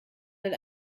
will